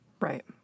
Right